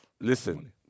Listen